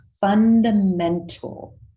fundamental